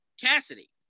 cassidy